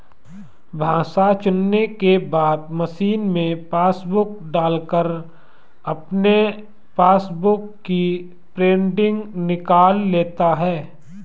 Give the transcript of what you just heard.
भाषा चुनने के बाद मशीन में पासबुक डालकर अपने पासबुक की प्रिंटिंग निकाल लेता है